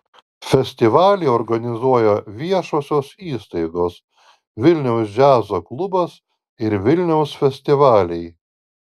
festivalį organizuoja viešosios įstaigos vilniaus džiazo klubas ir vilniaus festivaliai